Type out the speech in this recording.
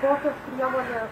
kokios priemonės